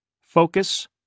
Focus